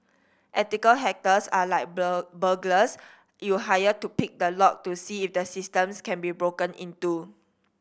ethical hackers are like burglars you hire to pick the lock to see if the systems can be broken into